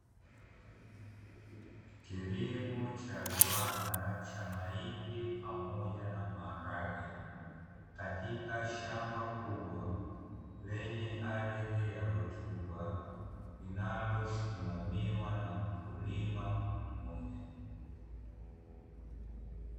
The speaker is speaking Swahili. Kilimo cha viwanda, cha mahindi pamoja na maharage katika shamba kubwa lenye ardhi ya rutuba, linalosimamiwa na mkulima mmoja.